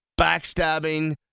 backstabbing